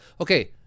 Okay